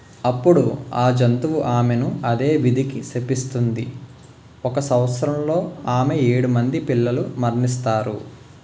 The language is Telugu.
అప్పుడు ఆ జంతువు ఆమెను అదే విధికి శపిస్తుంది ఒక సంవత్సరంలో ఆమె ఏడు మంది పిల్లలు మరణిస్తారు